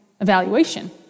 evaluation